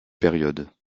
période